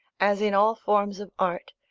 as in all forms of art,